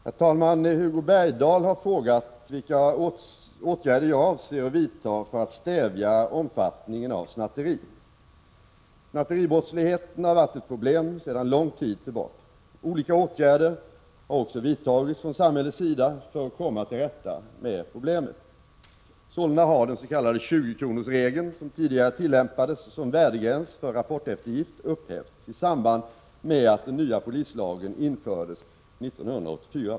Herr talman! Hugo Bergdahl har frågat vilka åtgärder jag avser att vidta för att stävja omfattningen av snatteri. Snatteribrottsligheten har varit ett problem sedan lång tid tillbaka. Olika åtgärder har också vidtagits från samhällets sida för att komma till rätta med problemet. Sålunda har den s.k. 20-kronorsregeln, som tidigare tillämpades som värdegräns för rapporteftergift, upphävts i samband med att den nya polislagen infördes år 1984.